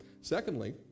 Secondly